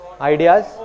Ideas